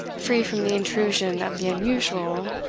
free from the intrusion of the unusual,